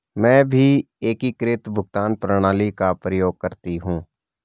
मैं भी एकीकृत भुगतान प्रणाली का प्रयोग करती हूं